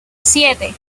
siete